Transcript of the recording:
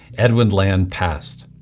edwin land passed.